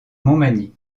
montmagny